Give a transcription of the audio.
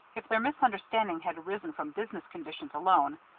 if their misunderstanding had arisen from business conditions alone,